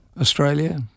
Australia